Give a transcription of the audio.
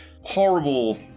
horrible